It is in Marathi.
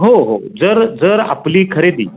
हो हो जर जर आपली खरेदी